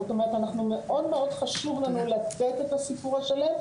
זאת אומרת מאוד חשוב לנו לתת את הסיפור השלם,